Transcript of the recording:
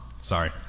Sorry